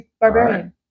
Barbarian